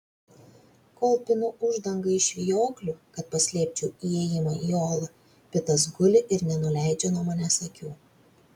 kol pinu uždangą iš vijoklių kad paslėpčiau įėjimą į olą pitas guli ir nenuleidžia nuo manęs akių